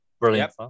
Brilliant